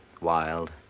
wild